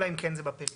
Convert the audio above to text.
אלא אם כן זה בפריפריה,